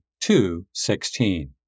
2.16